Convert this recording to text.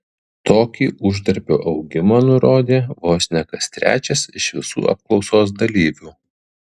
tokį uždarbio augimą nurodė vos ne kas trečias iš visų apklausos dalyvių